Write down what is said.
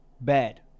bad